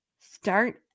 start